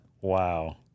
Wow